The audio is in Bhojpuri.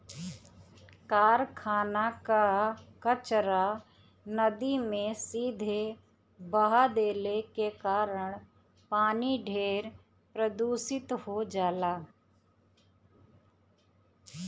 कारखाना कअ कचरा नदी में सीधे बहा देले के कारण पानी ढेर प्रदूषित हो जाला